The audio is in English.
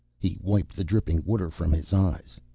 he wiped the dripping water from his eyes.